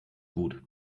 gut